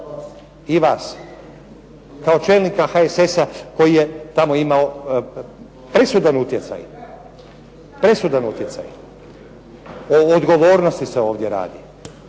I vas. Kao čelnika HSS-a koji je tamo imao presudan utjecaj. O odgovornosti se ovdje radi.